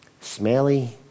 Smelly